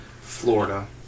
Florida